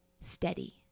steady